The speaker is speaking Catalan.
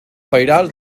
pairal